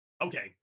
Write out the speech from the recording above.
Okay